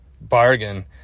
bargain